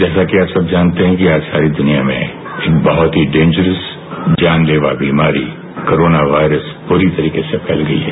जैसा कि आप सब जानते है कि आज सारी दुनिया में एक बहुत ही डेंजर्स जानलेवा बीमारी कोरोना वायरस पूरी तरीके से फैल गई है